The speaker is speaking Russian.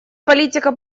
политика